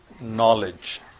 knowledge